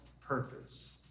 purpose